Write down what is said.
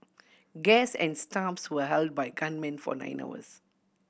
guest and staff were held by gunmen for nine hours